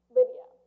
Lydia